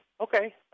okay